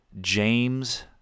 James